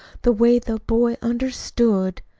the way that boy understood.